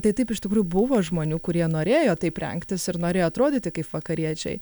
tai taip iš tikrųjų buvo žmonių kurie norėjo taip rengtis ir norėjo atrodyti kaip vakariečiai